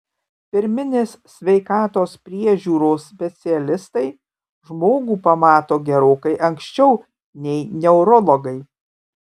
pirminės sveikatos priežiūros specialistai žmogų pamato gerokai anksčiau nei neurologai